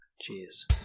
Cheers